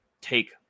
take